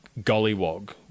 gollywog